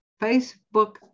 Facebook